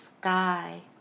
sky